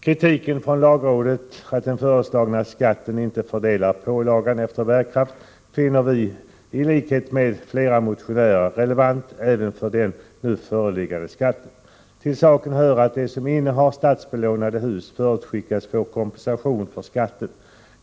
Kritiken från lagrådet — att den föreslagna skatten inte fördelar pålagan efter bärkraft — finner vi, i likhet med flera motionärer, relevant även när det gäller det nu föreliggande skatteförslaget. Till saken hör att de som innehar statsbelånade hus förutskickas få kompensation för skatten.